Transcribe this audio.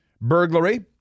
burglary